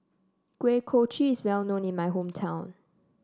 Kuih Kochi is well known in my hometown